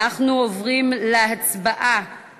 אנחנו עוברים להצבעה על